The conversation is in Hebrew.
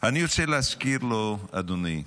אני רוצה להזכיר לו, אדוני,